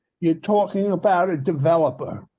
you're talking about a developer.